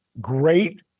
great